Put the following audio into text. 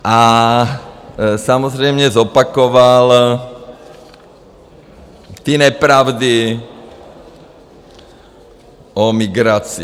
A samozřejmě zopakoval ty nepravdy o migraci.